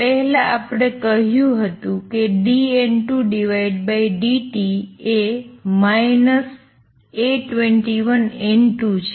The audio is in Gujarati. પહેલાં આપણે કહ્યું હતું કે dN2 dt એ A21N2 છે